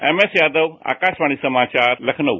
MS Yadav Akashvani समाचार लखनऊ